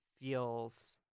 feels